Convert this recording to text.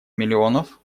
миллионов